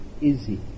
easy